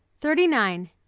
Thirty-Nine